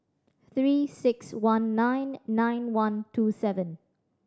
Three Six One nine nine one two seven